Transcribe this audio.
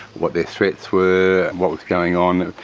what their threats were, what was going on.